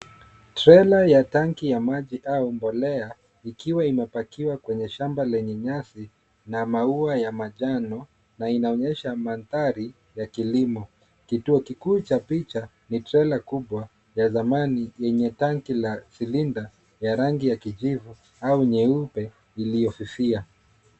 Trella ya tanki ya maji au mbolea ikiwa imepakiwa kwenye shamba lenye nyasi na maua ya manjano na inaonyesha mandhari ya kilimo. Kituo kikuu cha picha ni trella kubwa ya zamani yenye tanki ya silinda ya rangi ya kijivu au nyeupe iliyofifia.